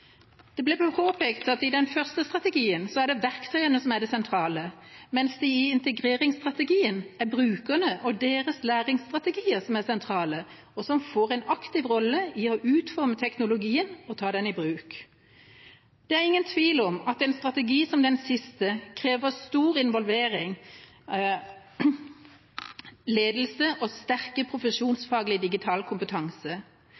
Det ble påpekt at i den første strategien er det verktøyene som er det sentrale, mens det i integreringsstrategien er brukerne og deres læringsstrategier som er sentrale, og som får en aktiv rolle i å utforme teknologien og ta den i bruk. Det er ingen tvil om at en strategi som den siste krever stor involvering, ledelse og sterk profesjonsfaglig digital kompetanse.